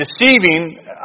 deceiving